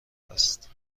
است